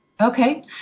Okay